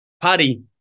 Paddy